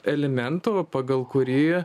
elementų pagal kurį